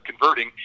converting